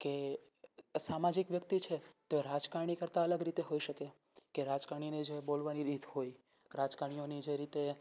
કે સામાજિક વ્યક્તિ છે તે રાજકારણી કરતા અલગ રીતે હોઈ શકે કે રાજકારણીની જે બોલવાની રીત હોય રાજકારણી જે રીતે